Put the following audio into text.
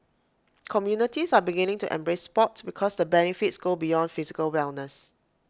communities are beginning to embrace Sport because the benefits go beyond physical wellness